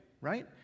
Right